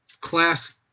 class